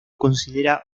considera